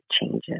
changes